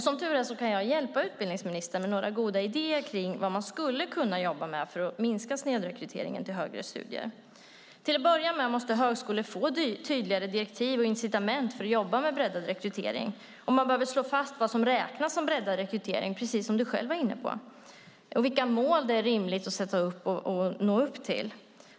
Som tur är kan jag hjälpa utbildningsministern med några goda idéer om vad man skulle kunna jobba med för att minska snedrekryteringen till högre studier. Till att börja med måste högskolor få tydligare direktiv och incitament för att jobba med breddad rekrytering. Man behöver slå fast vad som räknas som breddad rekrytering, precis som du själv var inne på, och vilka mål det är rimligt att sätta upp och nå upp till.